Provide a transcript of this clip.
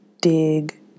dig